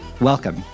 Welcome